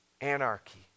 Anarchy